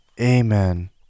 Amen